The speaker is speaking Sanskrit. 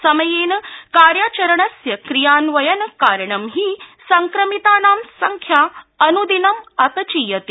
समयेन कार्याचरणस्य क्रियान्वयन कारणं हि संक्रमितानां संख्या अन्दिनं अपचीयते